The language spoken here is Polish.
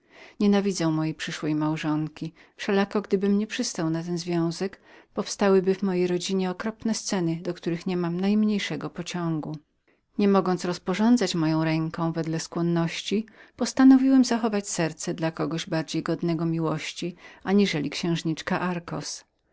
nienawidzę mojej małżonki wszelako gdybym nie przystał na ten związek powstały by w mojej rodzinie okropne sceny do których nie mam najmniejszego pociągu niemogąc rozrządzać moją ręką wedle własnej skłonności postanowiłem zachować serce dla kogoś bardziej godnego miłości aniżeli księżniczka